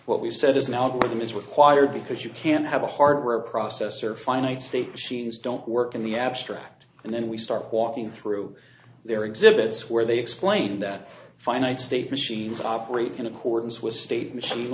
what we said is an algorithm is required because you can't have a hardware processor finite state machines don't work in the abstract and then we start walking through their exhibits where they explain that finite state machines operate in accordance with state machine